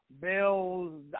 Bills